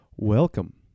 Welcome